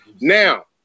Now